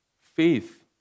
Faith